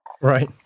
Right